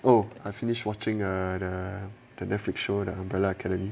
oh I finished watching err the Netflix show the umbrella academy